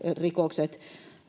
rikokset